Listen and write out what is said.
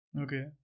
okay